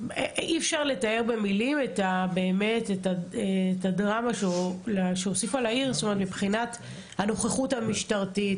אי אפשר לתאר במילים את הדרמה שהוסיפה לעיר מבחינת הנוכחות המשטרתית.